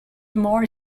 more